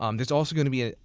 um there's also going to be, ah